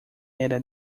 era